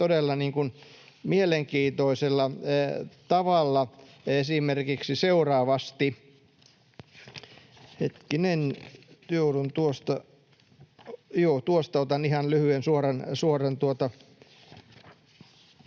todella mielenkiintoisella tavalla esimerkiksi seuraavasti. — Hetkinen, joudun tuosta... — Joo, tuosta otan ihan lyhyen suoran